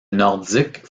nordiques